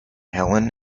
helen